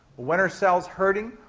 when are cells hurting?